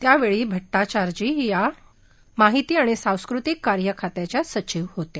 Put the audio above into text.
त्या वेळी भट्टाचार्जी या माहिती आणि सांस्कृतिक कार्य खात्याच्या सचीव होत्या